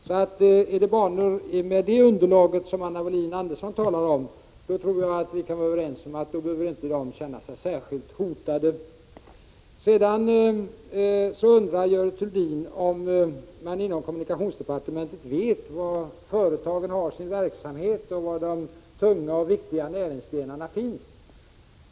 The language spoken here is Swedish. Om det är banor med det underlaget som Anna Wohlin-Andersson talar om, tror jag att vi kan vara överens om att de då inte behöver känna sig särskilt hotade. Sedan undrar Görel Thurdin om man inom kommunikationsdepartementet vet var företagen har sin verksamhet och var de tunga och viktiga näringsgrenarna finns.